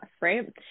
right